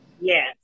Yes